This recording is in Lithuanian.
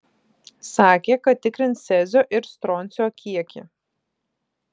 sakė kad tikrins cezio ir stroncio kiekį